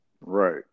Right